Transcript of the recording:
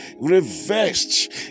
reversed